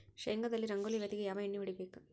ಶೇಂಗಾದಲ್ಲಿ ರಂಗೋಲಿ ವ್ಯಾಧಿಗೆ ಯಾವ ಎಣ್ಣಿ ಹೊಡಿಬೇಕು?